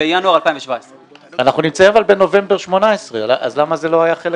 בינואר 2017. אבל אנחנו נמצאים בנובמבר 2018. אז למה זה לא היה חלק